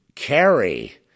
carry